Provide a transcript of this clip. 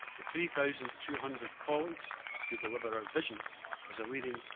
the three thousand two hundred colleagues who deliver our vision as a leading,